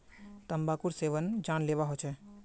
तंबाकूर सेवन जानलेवा ह छेक